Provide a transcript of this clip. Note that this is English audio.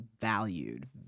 valued